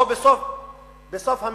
או בסוף המנהרה.